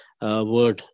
word